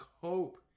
cope